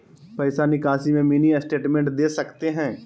पैसा निकासी में मिनी स्टेटमेंट दे सकते हैं?